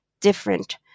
different